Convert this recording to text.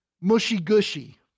mushy-gushy